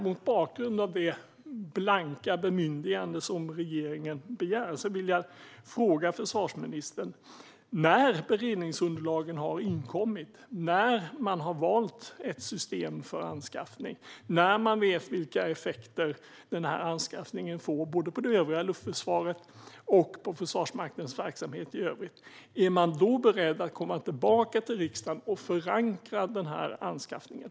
Mot bakgrund av det blanka bemyndigande som regeringen begär vill jag fråga försvarsministern: När beredningsunderlagen har inkommit, när man har valt ett system för anskaffning och när man vet vilka effekter den här anskaffningen får på både det övriga luftförsvaret och Försvarsmaktens verksamhet i övrigt, är man då beredd att komma tillbaka till riksdagen och förankra den här anskaffningen?